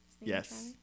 yes